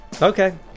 Okay